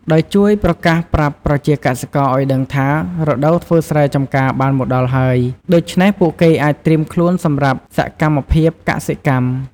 ដោយជួយប្រកាសប្រាប់ប្រជាកសិករ ឱ្យដឹងថា រដូវធ្វើស្រែចម្ការបានមកដល់ហើយ ដូច្នេះពួកគេអាចត្រៀមខ្លួនសម្រាប់សកម្មភាពកសិកម្ម។